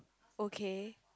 okay